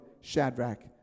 Shadrach